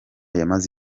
yamaze